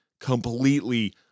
completely